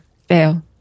Fail